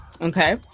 okay